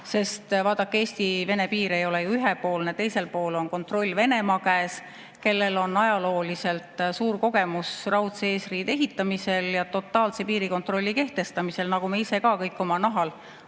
korraga. Vaadake, Eesti-Vene piir ei ole ju ühepoolne. Teisel pool on kontroll Venemaa käes, kellel on ajalooliselt suur kogemus raudse eesriide ehitamisel ja totaalse piirikontrolli kehtestamisel, nagu me ise ka kõik oma nahal